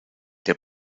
der